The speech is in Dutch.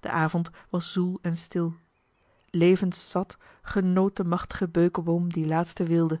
de avond was zoel en stil levenszat genoot de machtige beukeboom die laatste weelde